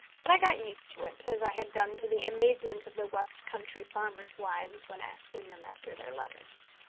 but i got used to it, as i had done to the amazement of the west country farmers' wives when asking them after their letters.